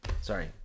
Sorry